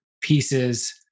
pieces